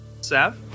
Sav